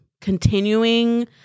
continuing